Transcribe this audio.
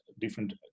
different